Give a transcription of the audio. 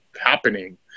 happening